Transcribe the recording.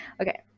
okay